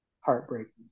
heartbreaking